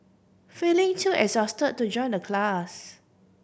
feeling too exhaust to join the class